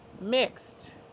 mixed